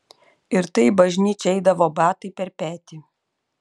ir tai į bažnyčią eidavo batai per petį